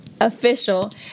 Official